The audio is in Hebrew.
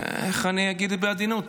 איך אגיד בעדינות,